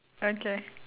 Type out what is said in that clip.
okay